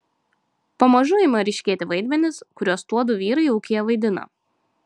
pamažu ima ryškėti vaidmenys kuriuos tuodu vyrai ūkyje vaidina